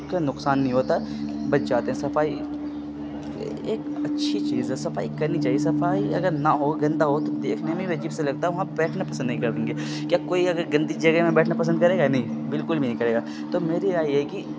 کا نقصان نہیں ہوتا بچ جاتے ہیں صفائی ایک اچھی چیز ہے صفائی کرنی چاہیے صفائی اگر نہ ہو گندہ ہو تو دیکھنے میں بھی عجیب سا لگتا ہے وہاں بیٹھنا پسند نہیں کریں گے کیا کوئی اگر گندی جگہ میں بیٹھنا پسند کرے گا نہیں بالکل بھی نہیں کرے گا تو میری رائے یہ ہے کہ